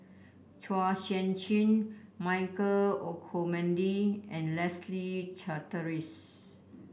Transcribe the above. Chua Sian Chin Michael Olcomendy and Leslie Charteris